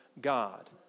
God